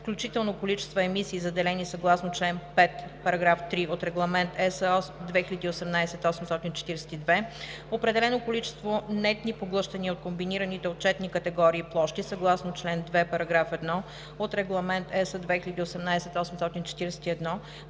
включително количества емисии, заделени съгласно чл. 5, параграф 3 от Регламент (ЕС) 2018/842, определено количество нетни поглъщания от комбинираните отчетни категории площи съгласно чл. 2, параграф 1 от Регламент (ЕС) 2018/841